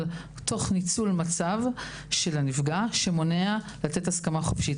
תוך ניצול מצב של הנפגע שמונע לתת הסכמה חופשית.